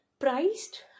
Priced